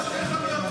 איך זה?